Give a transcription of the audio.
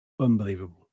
Unbelievable